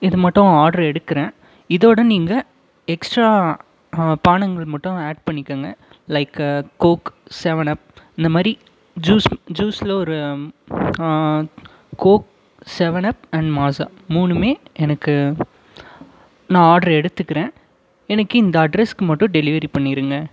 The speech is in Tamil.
இது மட்டும் ஆர்டரை எடுக்கிறேன் இதோடு நீங்கள் எக்ஸ்ட்ரா பானங்கள் மட்டும் ஆட் பண்ணிக்கோங்க லைக் கோக் செவனப் இந்த மாதிரி ஜூஸ் ஜூஸில் ஒரு கோக் செவனப் அண்ட் மாஸா மூணுமே எனக்கு நான் ஆர்டரை எடுத்துக்கிறேன் எனக்கு இந்த அட்ரஸ்க்கு மட்டும் டெலிவரி பண்ணிடுங்க